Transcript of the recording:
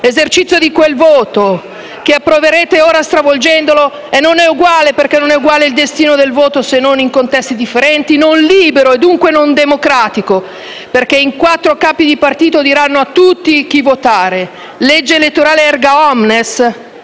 L'esercizio di quel voto, che ora attuerete stravolgendolo, non è eguale perché non è uguale il destino di quel voto se è dato in contesti differenti e non è libero, e dunque non democratico, perché quattro capi di partito diranno a tutti chi votare. Legge elettorale *erga omnes*?